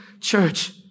church